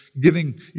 giving